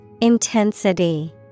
Intensity